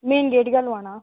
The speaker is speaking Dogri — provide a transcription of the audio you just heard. मेन गेट गै लोआना